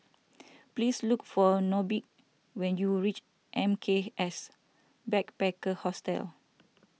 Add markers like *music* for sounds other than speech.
*noise* please look for Nobie when you reach M K S Backpackers Hostel